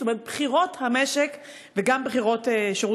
זאת אומרת בכירות המשק וגם בכירות שירות